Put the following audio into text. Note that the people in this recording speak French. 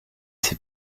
ses